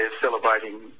celebrating